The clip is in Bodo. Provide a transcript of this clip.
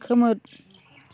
खोमोर